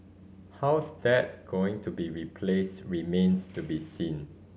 how's that going to be replaced remains to be seen